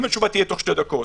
אם התשובה תהיה תוך שתי דקות,